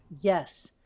Yes